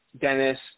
Dennis